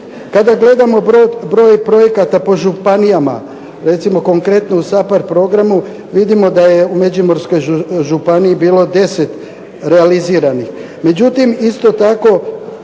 Kada gledamo broj projekata po županijama, recimo konkretno u SAPHARD programu vidimo da je u Međimurskoj županiji bilo 10 realiziranih.